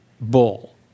bull